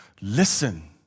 listen